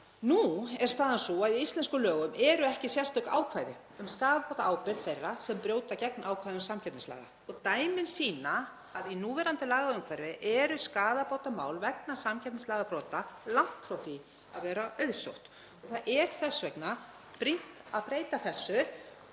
Nú er staðan sú að í íslenskum lögum eru ekki sérstök ákvæði um skaðabótaábyrgð þeirra sem brjóta gegn ákvæðum samkeppnislaga og dæmin sýna að í núverandi lagaumhverfi eru skaðabótamál vegna samkeppnislagabrota langt frá því að vera auðsótt. Það er þess vegna brýnt að breyta þessu